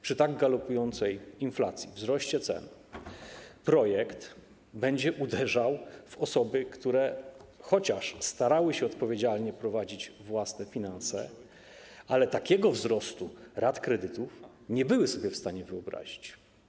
Przy tak galopującej inflacji, wzroście cen projekt będzie uderzał w osoby, które starały się odpowiedzialnie prowadzić własne finanse, ale takiego wzrostu rat kredytu nie były sobie w stanie wyobrazić.